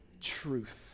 truth